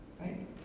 Right